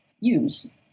use